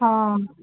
ହଁ